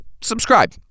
subscribe